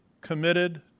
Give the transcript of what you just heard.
committed